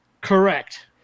Correct